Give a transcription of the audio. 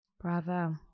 Bravo